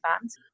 fans